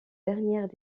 dernières